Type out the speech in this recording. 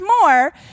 more